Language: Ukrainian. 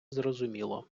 зрозуміло